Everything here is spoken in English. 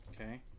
Okay